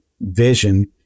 vision